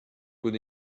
could